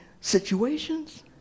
situations